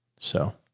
so